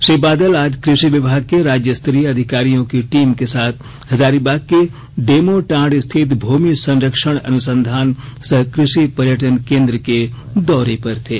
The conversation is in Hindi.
श्री बादल आज कृषि विभाग के राज्यस्तरीय अधिकारियों की टीम के साथ हजारीबाग के डेमोटांड स्थित भूमि संरक्षण अनुसंधान सह कृषि पर्यटन केंद्र के दौरे पर थे